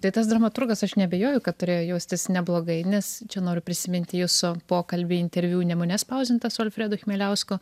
tai tas dramaturgas aš neabejoju kad turėjo jaustis neblogai nes čia noriu prisiminti jūsų pokalbį interviu nemune spausdintas alfredo chmieliausko